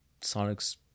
Sonic's